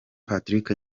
patrick